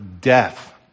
death